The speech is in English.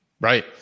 Right